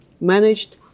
managed